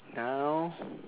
now